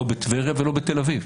לא בטבריה ולא בתל אביב.